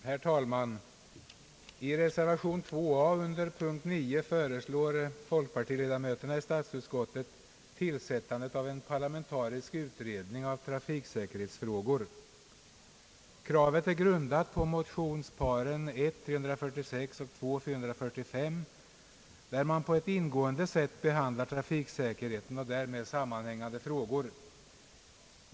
Herr talman! I reservation a under punkten 9 föreslår folkpartiledamöterna i statsutskottet tillsättandet av en parlamentarisk utredning av trafiksäkerhetsfrågor. Kravet är grundat på motionsparet I: 346 och II: 4435 där man på ett ingående sätt har behandlat trafiksäkerheten och därmed sammanhängande frågor.